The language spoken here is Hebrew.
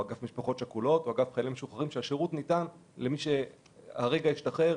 אגף משפחות שכולות ואגף חיילים משוחררים שהשירות ניתן למי שהרגע השתחרר